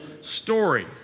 story